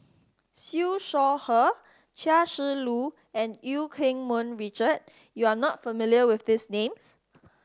Siew Shaw Her Chia Shi Lu and Eu Keng Mun Richard you are not familiar with these names